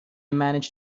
managed